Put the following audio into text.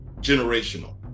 generational